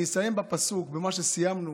אני אסיים בפסוק, במה שסיימנו